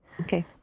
Okay